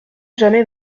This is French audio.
jamais